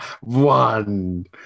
One